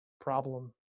problem